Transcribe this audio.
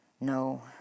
No